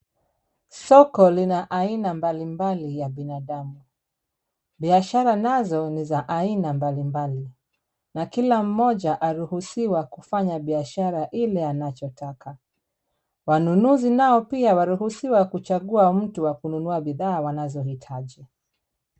Soko lina aina mbalimbali ya binadamu. Biashara nazo ni za aina mbalimbali. Na kila mmoja aruhusiwa kufanya biashara ile anachotaka. Wanunuzi nao pia waruhusiwa kuchagua mtu wa kununua bidhaa wanazohitaji.